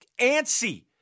antsy